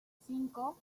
cinco